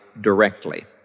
directly